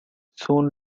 soon